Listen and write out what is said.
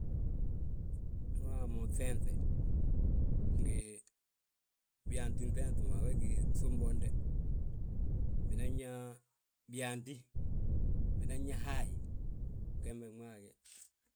Ndu uyaa mo ŧeenŧe, ngi byaantin ŧeenŧi ma, we gí ŧumbonde, unan yaa byaantí, unan yaa haayi, gembe gmaagi.